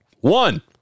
One